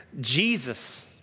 Jesus